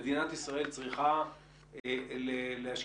מדינת ישראל צריכה להשקיע?